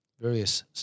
various